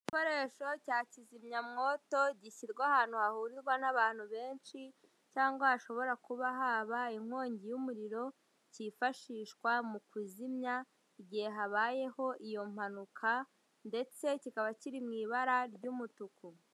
Igikoresho cya kizimyamwoto gishyirwa ahantu hahurirwa n'abantu benshi cyangwa hashobora kuba haba inkongi y'umuriro, kifashishwa mu kuzimya igihe habayeho iyo mpanuka ndetse kikaba kiri mu ibara ry'umutuku.